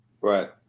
Right